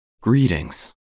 Greetings